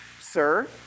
sir